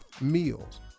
meals